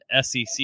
SEC